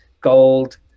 gold